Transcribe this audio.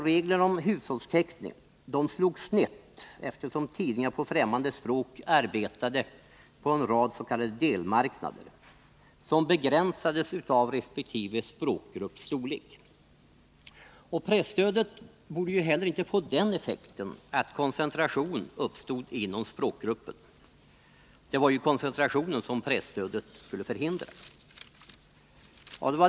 Reglerna om hushållstäckning slog snett, eftersom tidningar på främman de språk arbetade på en rad s.k. delmarknader, som begränsades av resp. språkgrupps storlek. Presstödet borde ju heller inte få den effekten att koncentration uppstod inom språkgruppen. Det var ju koncentrationen som presstödet skulle förhindra.